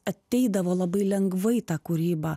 ateidavo labai lengvai ta kūryba